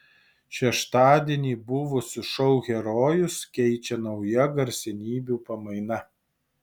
šeštadienį buvusius šou herojus keičia nauja garsenybių pamaina